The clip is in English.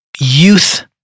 youth